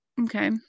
Okay